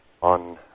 on